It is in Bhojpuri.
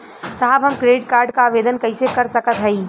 साहब हम क्रेडिट कार्ड क आवेदन कइसे कर सकत हई?